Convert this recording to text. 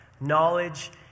Knowledge